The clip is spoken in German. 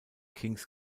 kings